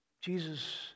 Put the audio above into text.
Jesus